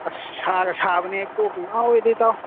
ꯑꯁ ꯁꯥꯒ ꯁꯥꯕꯅꯦ ꯀꯣꯛꯄꯨ ꯉꯥꯎꯑꯦꯗ ꯏꯇꯥꯎ